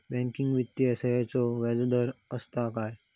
Banking वित्तीय सेवाचो व्याजदर असता काय?